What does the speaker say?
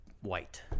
white